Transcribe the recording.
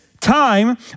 time